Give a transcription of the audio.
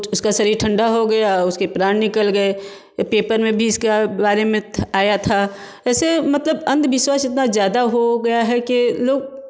उसका शरीर ठंडा हो गया उसके प्राण निकल गए पेपर में इसके बारे में आया था ऐसे मतलब अंधविश्वास इतना ज़्यादा हो गया है कि लोग